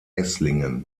esslingen